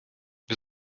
wir